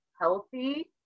healthy